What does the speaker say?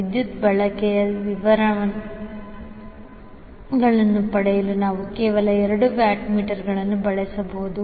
ವಿದ್ಯುತ್ ಬಳಕೆಯ ವಿವರಗಳನ್ನು ಪಡೆಯಲು ನಾವು ಕೇವಲ 2 ವ್ಯಾಟ್ ಮೀಟರ್ ಅನ್ನು ಬಳಸಬಹುದು